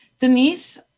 Denise